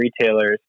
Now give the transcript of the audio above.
retailers